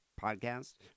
podcast